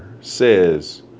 says